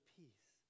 peace